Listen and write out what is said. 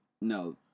No